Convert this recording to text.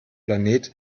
planet